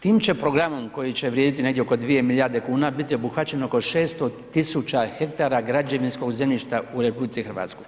Tim će programom koji će vrijediti negdje oko 2 milijarde kuna biti obuhvaćeno oko 6.000 hektara građevinskog zemljišta u RH.